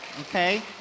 Okay